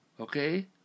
Okay